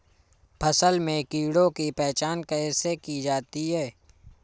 फसल में कीड़ों की पहचान कैसे की जाती है?